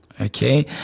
okay